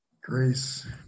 Grace